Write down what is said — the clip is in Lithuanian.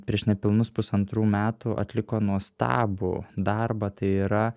prieš nepilnus pusantrų metų atliko nuostabų darbą tai yra